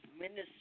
Minister